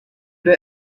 that